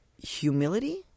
Humility